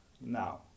now